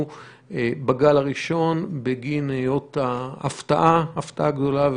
בגל הראשון בגין היות ההפתעה הגדולה,